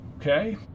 Okay